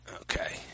Okay